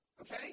Okay